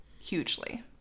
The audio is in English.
Hugely